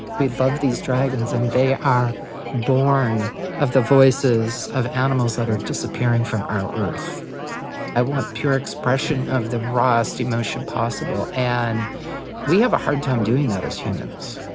we love these dragons and they are born of the voices of animals that are disappearing from our earth i want pure expression of the rawest emotion possible and we have a hard time doing that as humans.